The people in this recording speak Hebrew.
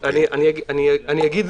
--- נדון